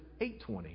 8.20